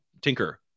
tinker